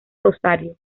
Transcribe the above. rosario